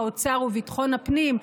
האוצר וביטחון הפנים,